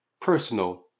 personal